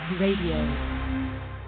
Radio